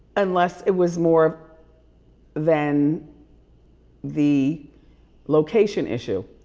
unless it was more than the location issue.